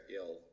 ill